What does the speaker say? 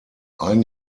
ein